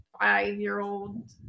five-year-old